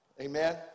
Amen